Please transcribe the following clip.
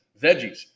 veggies